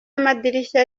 amadirishya